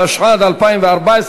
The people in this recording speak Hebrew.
התשע"ד 2014,